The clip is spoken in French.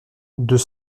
deux